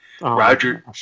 Roger